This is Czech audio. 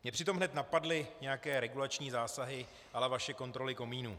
Mě přitom hned napadly nějaké regulační zásahy a la vaše kontroly komínů.